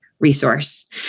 resource